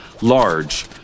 large